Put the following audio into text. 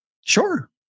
Sure